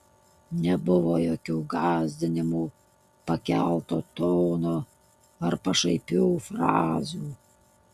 nebuvo jokių gąsdinimų pakelto tono ar pašaipių frazių